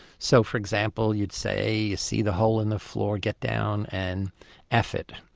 so for example you'd say, you see the hole in the floor, get down and eff it.